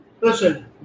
listen